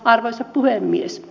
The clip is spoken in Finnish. arvoisa puhemies